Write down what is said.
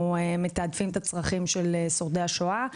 מתעדפים את הצרכים של שורדי השואה.